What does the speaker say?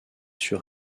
sur